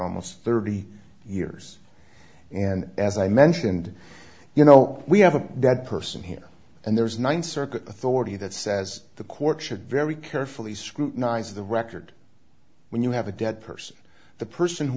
almost thirty years and as i mentioned you know we have a dead person here and there's one circuit authority that says the court should very carefully scrutinize the record when you have a dead person the person who